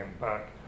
back